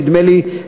נדמה לי,